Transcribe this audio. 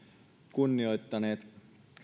kunnioittaneet